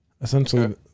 Essentially